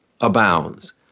abounds